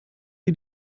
sie